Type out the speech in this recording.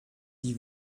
die